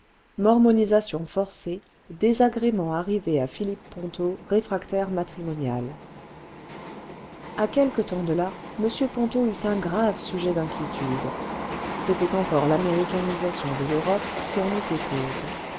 mormonisalion forcée désagréments arrivés à philippe ponto rèfraotaire matrimonial a quelque temps de là m ponto eut un grave sujet d'inquiétude c'était encore l'américanisation de l'europe qui en était cause